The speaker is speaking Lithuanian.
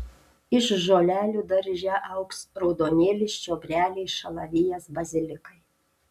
iš žolelių darže augs raudonėlis čiobreliai šalavijas bazilikai